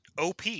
OP